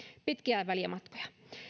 pitkiä välimatkoja